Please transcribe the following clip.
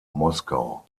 moskau